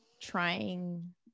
trying